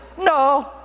No